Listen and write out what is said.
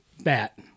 bat